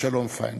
אבשלום פיינברג.